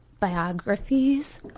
biographies